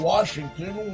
Washington